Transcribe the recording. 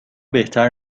بهتر